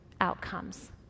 outcomes